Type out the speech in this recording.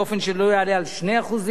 באופן שלא יעלה על 2%,